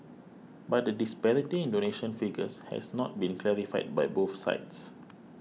but the disparity in donation figures has not been clarified by both sides